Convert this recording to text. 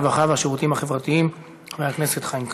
הרווחה והשירותים החברתיים חבר הכנסת חיים כץ.